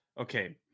okay